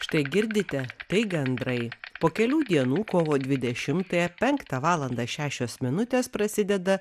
štai girdite tai gandrai po kelių dienų kovo dvidešimtąją penktą valandą šešios minutės prasideda